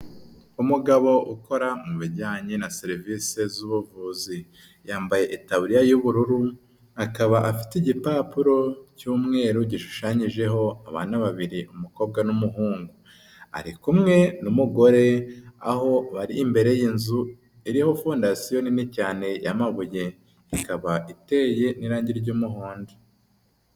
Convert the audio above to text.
Umugabo ukora mu bijyanye na serivisi z'ubuvuzi yambaye itaburiya y'ubururu, akaba afite igipapuro cy'umweru gishushanyijeho abana babiri umukobwa n'umuhungu, ari kumwe n'umugore aho bari imbere y'inzu iriho fondasiyo nini cyane y'amabuye, ikaba iteye n'irange ry'umuhondo.